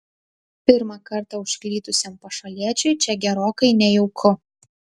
pirmą kartą užklydusiam pašaliečiui čia gerokai nejauku